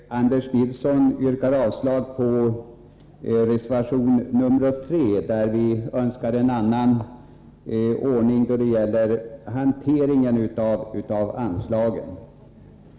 Herr talman! Anders Nilsson yrkar avslag på reservation nr 3, där vi framför önskemål om en annan ordning då det gäller hanteringen av anslagen.